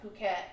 Phuket